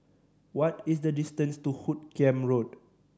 what is the distance to Hoot Kiam Road